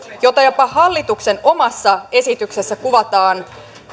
jota jopa hallituksen omassa esityksessä kuvataan